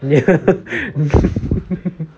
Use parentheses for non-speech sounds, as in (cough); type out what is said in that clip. (laughs)